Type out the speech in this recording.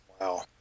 Wow